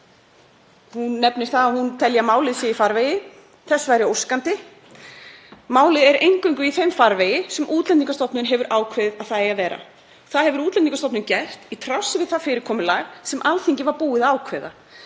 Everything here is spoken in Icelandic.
nefnir það að hún telji að málið sé í farvegi. Þess væri óskandi. Málið er eingöngu í þeim farvegi sem Útlendingastofnun hefur ákveðið að það eigi að vera. Það hefur Útlendingastofnun gert í trássi við það fyrirkomulag sem Alþingi var búið að ákveða.